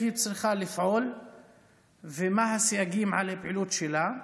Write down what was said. היא צריכה לפעול ומה הסייגים על הפעילות שלה.